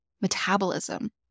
metabolism